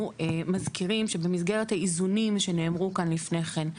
אנחנו מזכירים שבמסגרת האיזונים שנאמרו כאן לפני כן,